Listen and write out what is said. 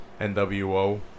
NWO